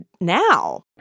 now